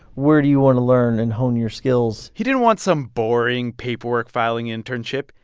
where do you want to learn and hone your skills? he didn't want some boring paperwork-filing internship.